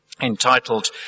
entitled